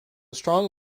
strong